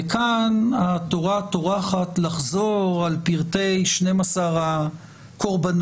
וכאן התורה טורחת לחזור על פרטי 12 הקורבנות,